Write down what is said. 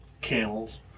Camels